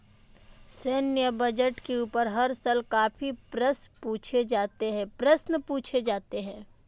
सैन्य बजट के ऊपर हर साल काफी प्रश्न पूछे जाते हैं